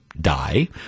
die